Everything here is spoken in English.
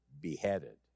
beheaded